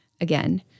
again